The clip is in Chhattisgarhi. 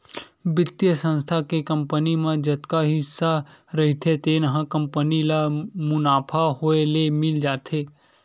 बित्तीय संस्था के कंपनी म जतका हिस्सा रहिथे तेन ह कंपनी ल मुनाफा होए ले मिल जाथे